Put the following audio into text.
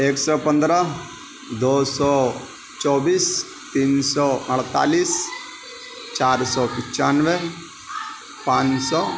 ایک سو پندرہ دو سو چوبیس تین سو اڑتالیس چار سو پنچانوے پانچ سو